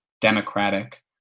democratic